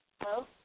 Hello